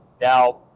Now